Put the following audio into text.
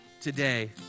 today